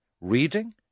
reading